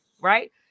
Right